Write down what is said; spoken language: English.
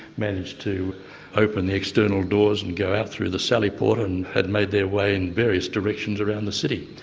managed to open the external doors and go out through the sally-port and had made their way in various directions around the city.